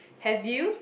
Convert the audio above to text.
have you